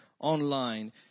online